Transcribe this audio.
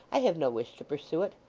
i have no wish to pursue it.